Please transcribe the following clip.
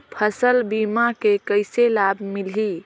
फसल बीमा के कइसे लाभ मिलही?